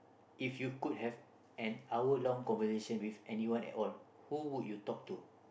if you could have an hour long conversation with anyone at all who would you talk to